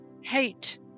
Hate